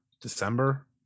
December